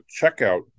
checkout